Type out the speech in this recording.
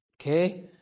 Okay